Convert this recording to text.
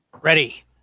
Ready